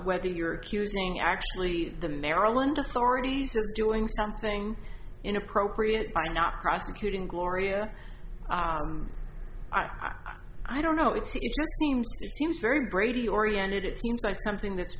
whether you're accusing actually the maryland authorities are doing something inappropriate by not prosecuting gloria i'm i don't know it's seems seems very brady oriented it seems like something that's